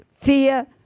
fear